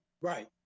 Right